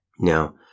Now